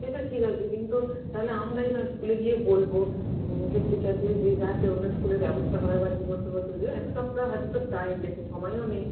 সেটা ঠিক আছে কিন্তু তাহলে আমরাই না স্কুলে গিয়ে বলবো হেড টিচারকে যে যাতে অন্য স্কুলে ব্যবস্থা করাবার কোনো এক সপ্তাহ হাতে তো টাইম বেশি সময়ও নেই